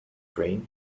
train